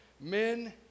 men